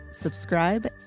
subscribe